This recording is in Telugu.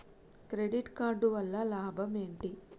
క్రెడిట్ కార్డు వల్ల లాభం ఏంటి?